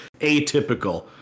atypical